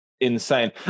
insane